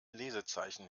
lesezeichen